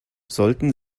sollten